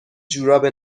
جوراب